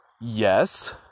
yes